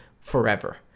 forever